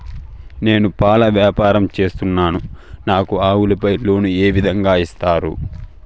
నేను పాల వ్యాపారం సేస్తున్నాను, నాకు ఆవులపై లోను ఏ విధంగా ఇస్తారు